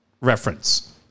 reference